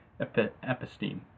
episteme